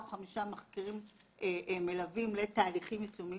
או חמישה מחקרים מלווים לתהליכים יישומיים